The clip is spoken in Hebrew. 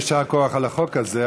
יישר כוח על החוק הזה,